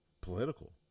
political